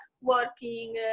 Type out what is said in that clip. working